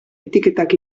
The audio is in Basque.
etiketak